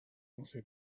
also